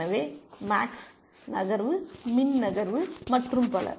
எனவே மேக்ஸ் நகர்வு மின் நகர்வு மற்றும் பல